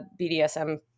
bdsm